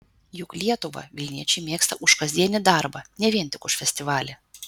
juk lietuvą vilniečiai mėgsta už kasdienį darbą ne vien tik už festivalį